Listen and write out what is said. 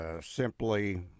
simply